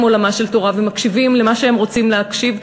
מעולמה של תורה ומקשיבים למה שהם רוצים להקשיב,